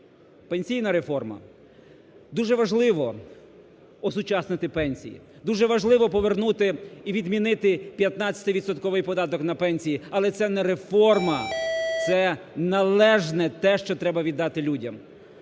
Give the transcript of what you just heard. Пенсійна реформа. Дуже важливо осучаснити пенсії. Дуже важливо повернути і відмінити 15-відсотковий податок на пенсії. Але це не реформа, це належне, те, що треба віддати людям.